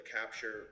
capture